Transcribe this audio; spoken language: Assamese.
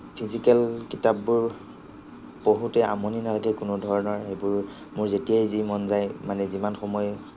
ফিজিকেল কিতাপবোৰ পঢ়োঁতে আমনি নালগে কোনো ধৰণৰ এইবোৰ মোৰ যেতিয়াই যি মন যায় মানে যিমান সময়